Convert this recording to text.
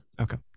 Okay